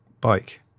bike